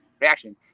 Reaction